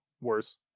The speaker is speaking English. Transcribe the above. Worse